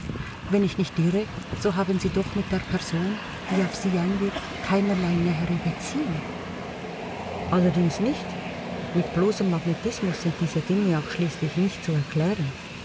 wenn ich nicht irre so haben sie doch mit der person die auf sie einwirkt keinerlei nähere beziehung allerdings nicht mit bloßem magnetismus sind diese dinge auch schließlich nicht zu erklären